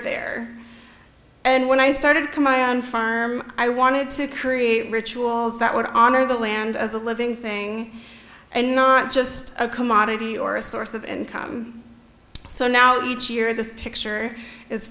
there and when i started come on farm i wanted to create rituals that would honor the land as a living thing and not just a commodity or a source of income so now each year this picture is